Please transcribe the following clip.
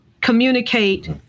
communicate